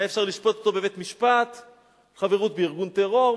היה אפשר לשפוט אותו בבית-משפט על חברות בארגון טרור,